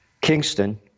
Kingston